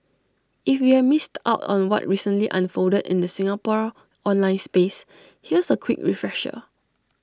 if you've missed out on what recently unfolded in the Singapore online space here's A quick refresher